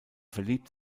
verliebt